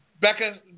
Becca